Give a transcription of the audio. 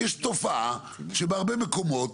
יש תופעה שבהרבה מקומות